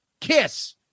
Kiss